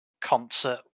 concert